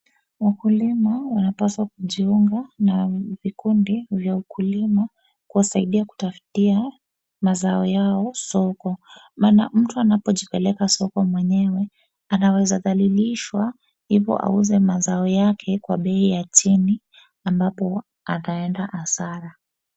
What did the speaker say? wakulima wanapaswa kujiunga na vikundi vya ukulima kuwasaidia kutafutia mazao yao soko. Maana mtu anapojipeleka soko mwenyewe anaweza dhalilishwa hivyo auze mazao yake kwa bei ya chini ambapo ataenda hasara